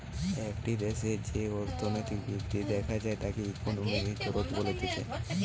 একটা দেশের যেই অর্থনৈতিক বৃদ্ধি দেখা যায় তাকে ইকোনমিক গ্রোথ বলছে